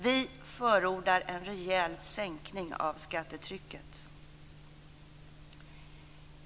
Vi förordar en rejäl sänkning av skattetrycket.